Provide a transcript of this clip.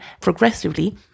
progressively